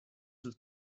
sul